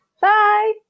Bye